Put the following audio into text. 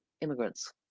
immigrants